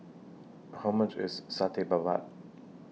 How much IS Satay Babat